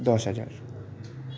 দশ হাজার